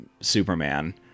Superman